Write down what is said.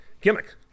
gimmick